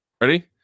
Ready